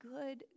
good